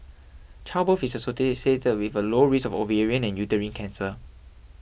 childbirth is associated with a lower risk of ovarian and uterine cancer